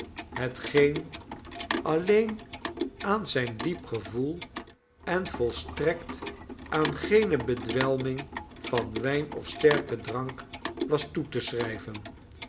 hetgeen nelly alleen aan zijn diep gevoel en volstrekt aan geene bedwelming van wijn of sterken drank was toe te schrijven